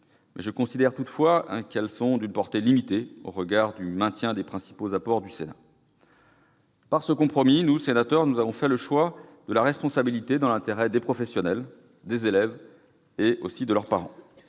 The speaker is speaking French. Je considère toutefois qu'elles sont d'une portée limitée au regard du maintien des principaux apports du Sénat. Par ce compromis, nous, sénateurs, avons fait le choix de la responsabilité, dans l'intérêt des professionnels, des élèves et de leurs parents.